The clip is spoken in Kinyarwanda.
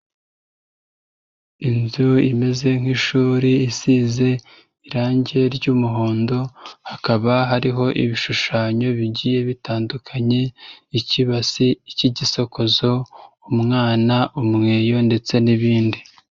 Inzu imeze nk'ishuri isize irange ry'umuhondo, hakaba hariho ibishushanyo bigiye bitandukanye: ik'ibasi, ik'igisokozo, umwana, umweyo ndetse n'ibindi.